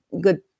good